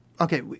okay